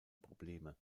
probleme